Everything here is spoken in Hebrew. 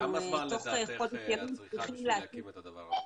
כמה זמן לדעתך את צריכה בשביל להקים את הדבר הזה?